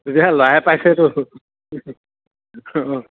এতিয়া সেই ল'ৰাই পাইছেটো অঁ